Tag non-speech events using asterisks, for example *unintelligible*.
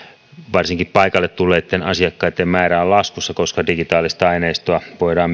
varsinkin paikalle tulleitten asiakkaitten määrä on laskussa koska myös digitaalista aineistoa voidaan *unintelligible*